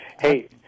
Hey